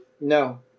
No